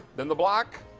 then the black.